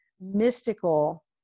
mystical